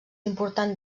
important